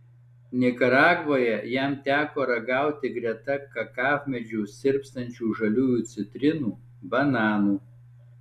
nikaragvoje jam teko ragauti greta kakavmedžių sirpstančių žaliųjų citrinų bananų